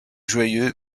joyeux